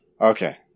Okay